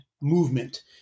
movement